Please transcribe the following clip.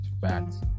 Facts